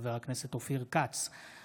לחבר הכנסת אברהם בצלאל.